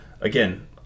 again